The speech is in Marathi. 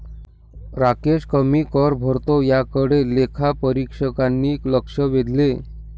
राकेश कमी कर भरतो याकडे लेखापरीक्षकांनी लक्ष वेधले